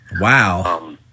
Wow